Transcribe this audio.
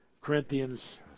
Corinthians